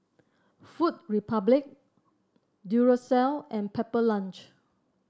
Food Republic Duracell and Pepper Lunch